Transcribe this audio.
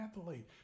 athlete